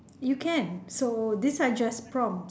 you can so these are just prompts